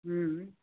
हँ